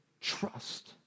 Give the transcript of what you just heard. trust